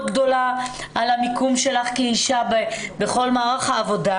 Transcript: אחר כך יש תחרות מאוד גדולה על המיקום שלך כאישה בכל מערך העבודה,